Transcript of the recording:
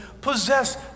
possess